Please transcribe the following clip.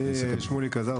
שמוליק עזרזר,